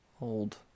old